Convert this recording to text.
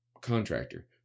contractor